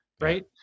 right